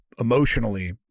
emotionally